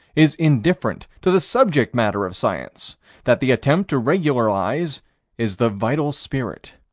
is indifferent to the subject-matter of science that the attempt to regularize is the vital spirit.